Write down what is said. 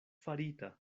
farita